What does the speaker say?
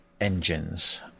engines